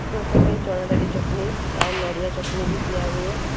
ଦୋସା ପାଇଁ ଚଣା ଡାଲି ଚଟଣୀ ଆଉ ନଡ଼ିଆ ଚଟଣୀ ବି ଦିଆ ହୁଏ